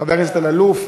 חבר הכנסת אלאלוף,